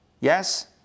Yes